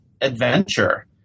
adventure